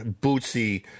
Bootsy